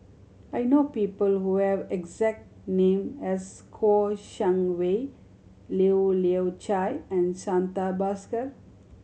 I know people who have exact name as Kouo Shang Wei Leu Yew Chye and Santha Bhaskar